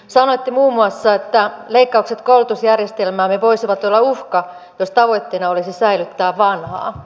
sanoitte muun muassa että leikkaukset koulutusjärjestelmäämme voisivat olla uhka jos tavoitteena olisi säilyttää vanhaa